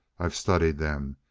i've studied them.